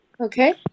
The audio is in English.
Okay